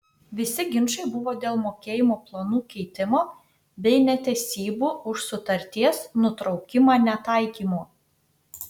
visi ginčai buvo dėl mokėjimo planų keitimo bei netesybų už sutarties nutraukimą netaikymo